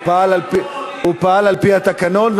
הוא פעל על-פי התקנון,